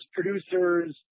producers